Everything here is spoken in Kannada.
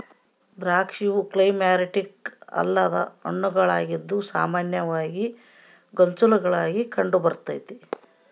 ದ್ರಾಕ್ಷಿಯು ಕ್ಲೈಮ್ಯಾಕ್ಟೀರಿಕ್ ಅಲ್ಲದ ಹಣ್ಣುಗಳಾಗಿದ್ದು ಸಾಮಾನ್ಯವಾಗಿ ಗೊಂಚಲುಗುಳಾಗ ಕಂಡುಬರ್ತತೆ